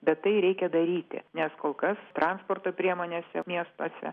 bet tai reikia daryti nes kol kas transporto priemonėse miestuose